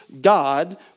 God